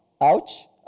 Ouch